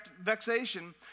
vexation